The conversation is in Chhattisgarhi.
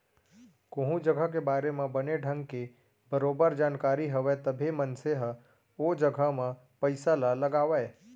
कोहूँ जघा के बारे म बने ढंग के बरोबर जानकारी हवय तभे मनसे ह ओ जघा म पइसा ल लगावय